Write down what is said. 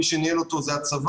מי שניהל אותו זה הצבא,